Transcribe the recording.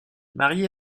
marié